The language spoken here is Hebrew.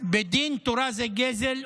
בדין תורה זה גזל.